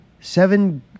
seven